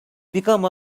become